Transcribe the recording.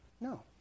No